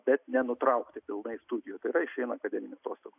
bet ne nutraukti na iš studijų tai yra išeina akademinių atostogų